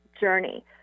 journey